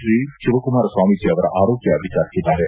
ಶ್ರೀ ಶಿವಕುಮಾರ್ ಸ್ವಾಮಿಜೀ ಅವರ ಆರೋಗ್ಟ ವಿಚಾರಿಸಿದ್ದಾರೆ